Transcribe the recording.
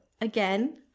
Again